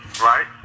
right